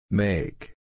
make